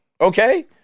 Okay